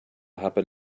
happen